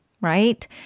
right